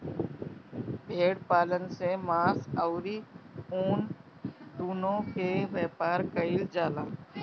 भेड़ पालन से मांस अउरी ऊन दूनो के व्यापार कईल जाला